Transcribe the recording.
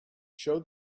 show